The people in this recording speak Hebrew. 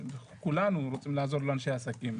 כולנו רוצים לעזור לבעלי עסקים.